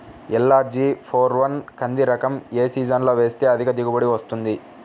LRG four one కంది రకం ఏ సీజన్లో వేస్తె అధిక దిగుబడి వస్తుంది?